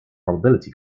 probability